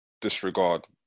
disregard